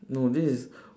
no this is